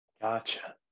Gotcha